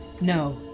No